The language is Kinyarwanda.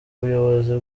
ubuyobozi